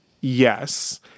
yes